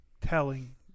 telling